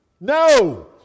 No